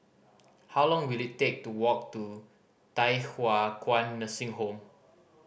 how long will it take to walk to Thye Hua Kwan Nursing Home